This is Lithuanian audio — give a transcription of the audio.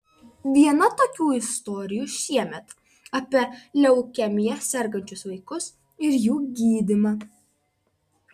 viena tokių istorijų šiemet apie leukemija sergančius vaikus ir jų gydymą